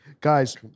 guys